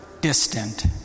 distant